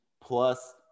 plus